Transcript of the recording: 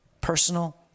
personal